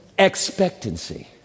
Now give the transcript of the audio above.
Expectancy